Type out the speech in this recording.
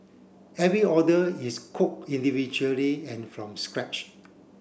every order is cooked individually and from scratch